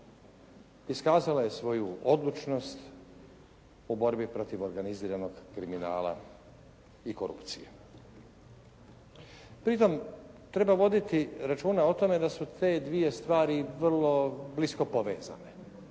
iskazala je svoju odlučnost u borbi protiv organiziranog kriminala i korupcije. Pri tome treba voditi računa o tome da su te dvije stvari vrlo blisko povezane,